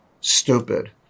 Stupid